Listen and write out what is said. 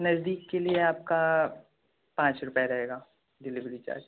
नजदीक के लिए आपका पाँच रुपये रहेगा डिलीवरी चार्ज